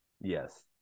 Yes